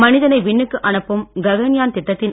மனிதனை விண்ணுக்கு அனுப்பும் ககன்யான் திட்டத்தின்